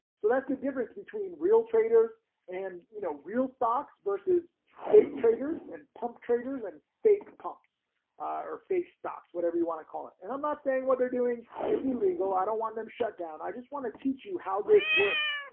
so that's the difference between real traders and you know, real stocks versus fake traders and pump traders and fake pumps or fake stocks, whatever you want to call it. and i'm not saying what they're doing is illegal. i don't want them shut down, i just wanna teach you how this works.